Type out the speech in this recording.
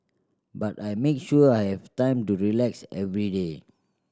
but I make sure I have time to relax every day